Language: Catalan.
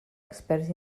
experts